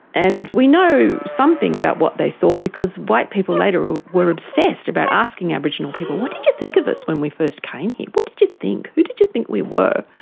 and we know something about what they thought because white people later ah were obsessed about asking aboriginal people what did you think of us when we first came here? what did you think? who did you think we were?